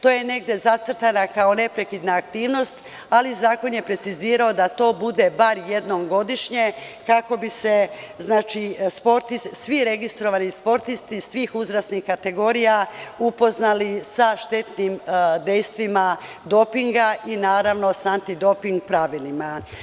To je negde zacrtano kao neprekidna aktivnost, ali zakon je precizirao da to bude bar jednom godišnje, kako bi se svi registrovani sportisti svih uzrasnih kategorija upoznali sa štetnim dejstvima dopinga i sa antidoping pravilima.